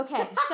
Okay